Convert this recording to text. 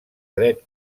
dret